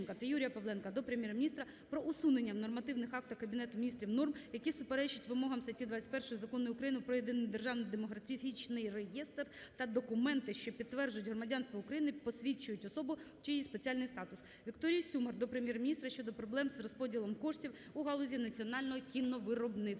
Вікторії Сюмар до Прем'єр-міністра щодо проблеми з розподілом коштів у галузі національного кіновиробництва.